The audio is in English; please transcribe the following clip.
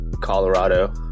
Colorado